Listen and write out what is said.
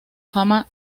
fama